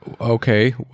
Okay